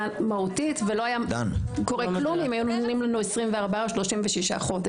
מהותית ולא היה קורה כלום אם היו נותנים לנו 24 או 36 חודש.